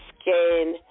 skin